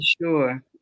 sure